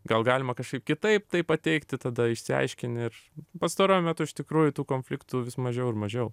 gal galima kažkaip kitaip tai pateikti tada išsiaiškini ir pastaruoju metu iš tikrųjų tų konfliktų vis mažiau ir mažiau